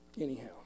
Anyhow